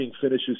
finishes